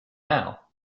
now